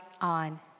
on